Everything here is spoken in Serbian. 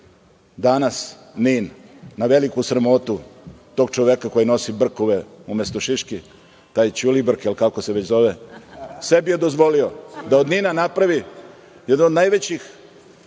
Danas NIN na veliku sramotu tog čoveka koji nosi brkove umesto šiški, taj Ćulibrk, kako se već zove, sebi je dozvolio da od NIN-a napravi jednu od najvećih